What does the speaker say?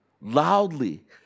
loudly